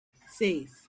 seis